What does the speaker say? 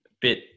bit